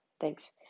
Thanks